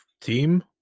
team